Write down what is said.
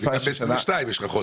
גם ב-2022 יש לך חוסר.